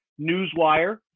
newswire